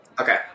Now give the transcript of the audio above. Okay